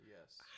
Yes